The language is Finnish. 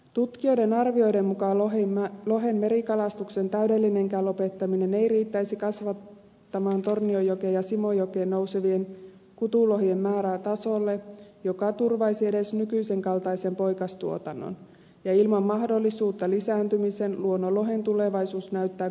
tutkijoiden arvioiden mukaan lohen merikalastuksen täydellinenkään lopettaminen ei riittäisi kasvattamaan tornionjokeen ja simojokeen nousevien kutulohien määrää tasolle joka turvaisi edes nykyisen kaltaisen poikastuotannon ja ilman mahdollisuutta lisääntymiseen luonnonlohen tulevaisuus näyttää kovin huonolta